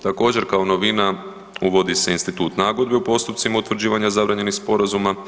Također kao novina uvodi se institut nagodbe u postupcima utvrđivanja zabranjenih sporazuma.